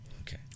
Okay